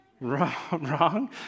Wrong